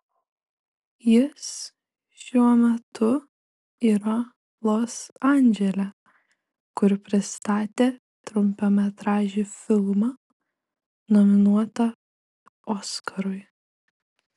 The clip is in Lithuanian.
jis šiuo metu yra los andžele kur pristatė trumpametražį filmą nominuotą oskarui